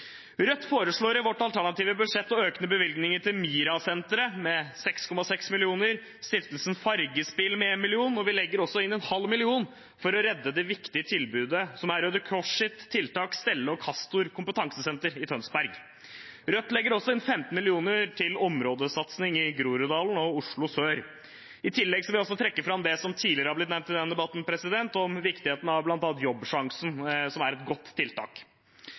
Rødt foreslår i vårt alternative budsjett å øke bevilgningene til MiRA-senteret med 6,6 mill. kr og til Stiftelsen Fargespill med 1 mill. kr, og vi legger også inn 0,5 mill. kr for å redde det viktige tilbudet som er Røde Kors’ tiltak Stella og Castor kompetansesenter i Tønsberg. Rødt legger også inn 15 mill. kr til områdesatsing i Groruddalen og Oslo sør. I tillegg vil jeg trekke fram det som tidligere er blitt nevnt i denne debatten, om viktigheten av bl.a. Jobbsjansen, som er et godt tiltak.